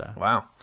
Wow